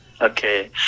Okay